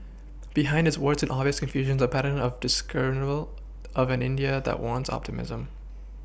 behind its warts and obvious confusions a pattern of discernible of an india that warrants optimism